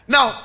Now